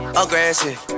aggressive